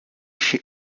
chez